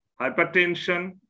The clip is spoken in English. hypertension